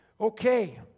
Okay